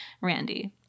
randy